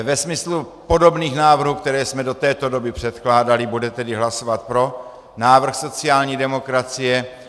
Ve smyslu podobných návrhů, které jsme do této doby předkládali, bude tedy hlasovat pro návrh sociální demokracie.